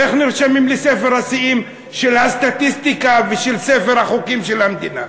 איך נרשמים לספר השיאים של הסטטיסטיקה ושל ספר החוקים של המדינה?